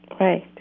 right